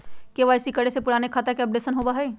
KYC करें से पुराने खाता के अपडेशन होवेई?